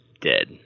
dead